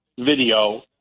video